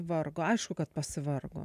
vargo aišku kad pasivargo